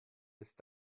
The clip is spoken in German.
ist